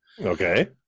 Okay